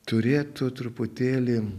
turėtų truputėlį